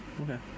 Okay